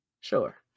Sure